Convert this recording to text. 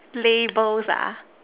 labels ah